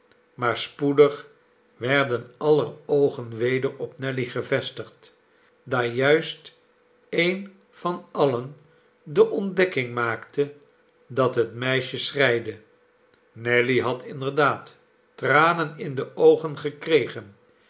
maar spoedig werden aller oogen weder op nelly gevestigd daar juist een van alien de ontdekking maakte dat het meisje schreide nelly had inderdaad tranen in de oogen gekregen